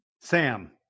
Sam